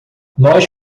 nós